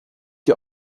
die